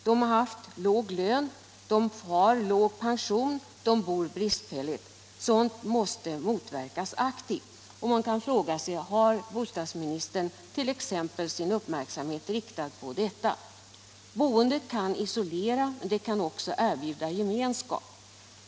De har haft låg lön, de har låg pension, de bor bristfälligt. Sådant måste motverkas aktivt. Man kan fråga sig: Har bostadsministern t.ex. sin uppmärksamhet riktad på detta? Boendet kan isolera, men det kan också erbjuda gemenskap.